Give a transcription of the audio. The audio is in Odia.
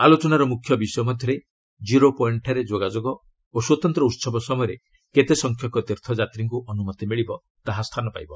ଆଲୋଚନାର ମୁଖ୍ୟ ବିଷୟ ମଧ୍ୟରେ କିରୋ ପଏଣ୍ଟ୍ଠାରେ ଯୋଗାଯୋଗ ଓ ସ୍ୱତନ୍ତ୍ର ଉତ୍ସବ ସମୟରେ କେତେ ସଂଖ୍ୟକ ତୀର୍ଥଯାତ୍ରୀଙ୍କୁ ଅନୁମତି ମିଳିବ ତାହା ସ୍ଥାନ ପାଇବ